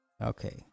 Okay